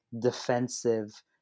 defensive